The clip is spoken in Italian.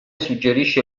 suggerisce